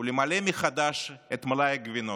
ולמלא מחדש את מלאי הגבינות.